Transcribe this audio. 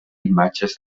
imatges